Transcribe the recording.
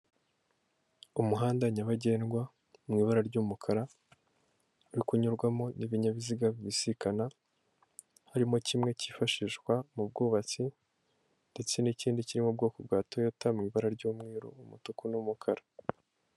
Umuhanda nyabagendwa mu ibara ry'umukara uri kunyurwamo n'ibinyabiziga bibisikana, harimo kimwe cyifashishwa mu bw'ubatsi ndetse n'ikindi kiri mu bwoko bwa toyota, mu ibara ry'umweru, umutuku n'umukara.